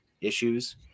issues